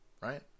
right